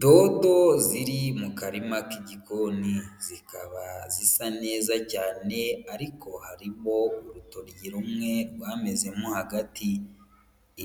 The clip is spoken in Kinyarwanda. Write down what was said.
Dodo ziri mu karima k'igikoni, zikaba zisa neza cyane ariko harimo urutoryi rumwe rwamezemo hagati.